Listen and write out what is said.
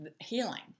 healing